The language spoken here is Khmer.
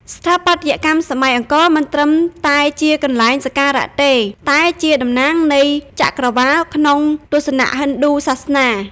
ស្ថាបត្យកម្មសម័យអង្គរមិនត្រឹមតែជាកន្លែងសក្ការៈទេ តែជាតំណាងនៃចក្រវាឡក្នុងទស្សនៈហិណ្ឌូសាសនា។